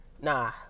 Nah